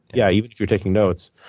yeah, even if you're taking notes.